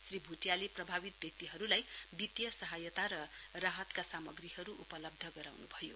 श्री भुटियाले प्रभावित व्यक्तिहरूलाई वित्तीय सहायता र राहतका सामग्रीहरू उपलब्ध गराउनुभयो